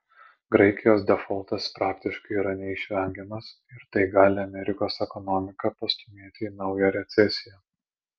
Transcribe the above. graikijos defoltas praktiškai yra neišvengiamas ir tai gali amerikos ekonomiką pastūmėti į naują recesiją